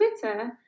Twitter